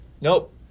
Nope